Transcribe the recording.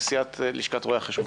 נשיאת לשכת רואי החשבון.